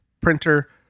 printer